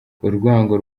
urwango